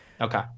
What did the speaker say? Okay